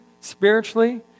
spiritually